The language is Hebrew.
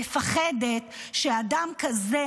מפחדת שאדם כזה,